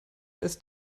ist